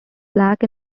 black